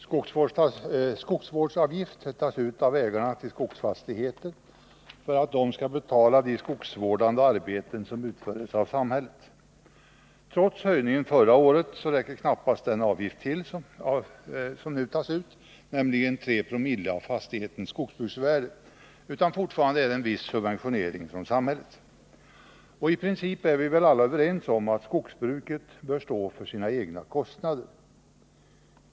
Fru talman! Skogsvårdsavgift tas ut av ägarna till skogsfastigheter för att dessa skall betala de skogsvårdande arbeten som utförs av samhället. Trots höjningen förra året räcker knappast en avgift på 3. av fastighetens skogsbruksvärde till, utan fortfarande sker en viss subventionering från samhället. I princip är vi väl överens om att skogsbruket bör stå för sina egna kostnader.